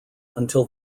until